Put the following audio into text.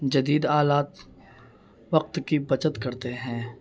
جدید آلات وقت کی بچت کرتے ہیں